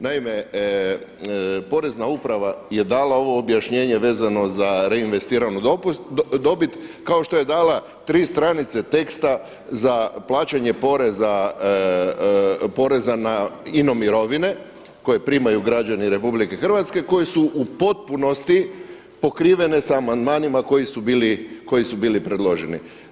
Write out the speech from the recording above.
Naime, porezna uprava je dala ovo objašnjenje vezano za reinvestiranu dobit kao što je dala tri stranice teksta za plaćanje poreza na … koje primaju građani RH koji su u potpunosti pokrivene sa amandmanima koji su bili predloženi.